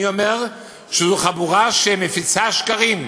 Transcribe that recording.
אני אומר שזו חבורה שמפיצה שקרים.